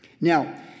Now